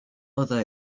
other